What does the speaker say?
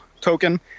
token